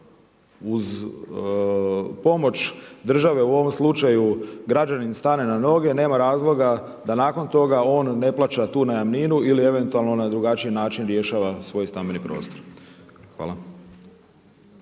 uz pomoć države u ovom slučaju građanin stane na noge nema razloga da nakon toga on ne plaća tu najamninu ili eventualno na drugačiji način rješava svoj stambeni prostor. Hvala.